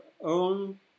own